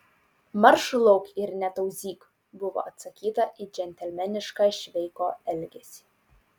marš lauk ir netauzyk buvo atsakyta į džentelmenišką šveiko elgesį